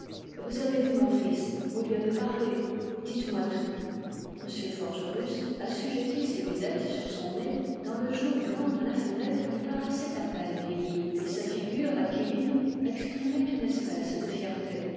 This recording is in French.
vous avez vu mon fils vous lui avez parlé dites-moi tout m forgerus assujettit ses lunettes sur son nez dans le jour blanc de la fenêtre il paraissait à peine vieilli et sa figure aquiline exprimait une espèce de fierté